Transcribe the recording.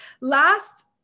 Last